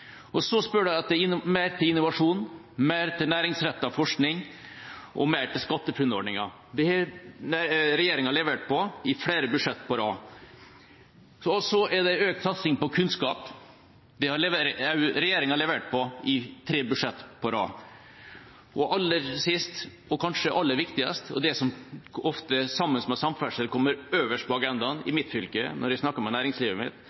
spør etter mer til innovasjon, mer til næringsrettet forskning og mer til SkatteFUNN-ordningen. Regjeringa har levert i flere budsjett på rad. Så er det økt satsing på kunnskap: Regjeringa har levert i tre budsjett på rad. Aller sist og kanskje aller viktigst – og det som ofte sammen med samferdsel kommer øverst på agendaen når jeg snakker med næringslivet i eget fylke – er faktisk skattelettelser, lavere skattlegging av næringslivet